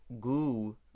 goo